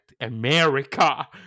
America